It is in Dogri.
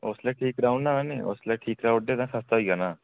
उसलै ठीक कराई औना नी उसलै ठीक कराई ओड़दे तां सस्ता होई जाना हा